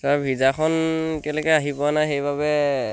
sir ভিছাখন এতিয়ালৈকে আহি পোৱা নাই সেইবাবে